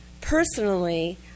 personally